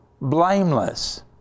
blameless